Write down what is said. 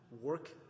work